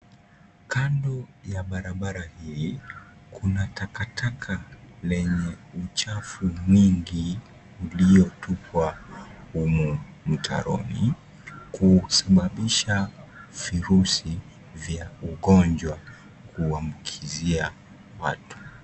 Kando ya barabara hii kuna taka taka lenye uchafu nyingi iliyo tupwa humu mtaroni. Kusababisha virusi vya ugonjwa kuambukizia watu.